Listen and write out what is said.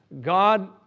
God